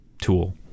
tool